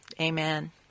Amen